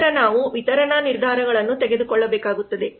ನಂತರ ನಾವು ವಿತರಣಾ ನಿರ್ಧಾರಗಳನ್ನು ತೆಗೆದುಕೊಳ್ಳಬೇಕಾಗುತ್ತದೆ